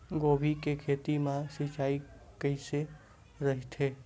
गोभी के खेत मा सिंचाई कइसे रहिथे?